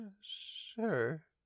Sure